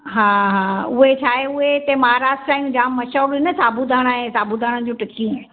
हा हा उहे छा आहे उहे हिते महाराष्ट्र आहिनि जाम मशहूर आहे न साबूदाणा ऐं साबूदाणनि जूं टिकियूं